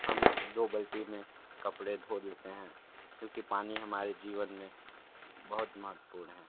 हम दो बाल्टी में कपड़े धो लेते हैं क्योंकि पानी हमारे जीवन में बहुत महत्वपूर्ण है